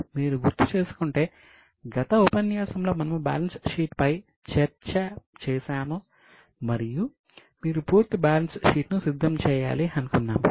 మీరు గుర్తు చేసుకుంటే గత ఉపన్యాసంలో మనము బ్యాలెన్స్ షీట్పై చర్చ చేసాము మరియు మీరు పూర్తి బ్యాలెన్స్ షీట్ను సిద్ధం చేయాలి అనుకున్నాము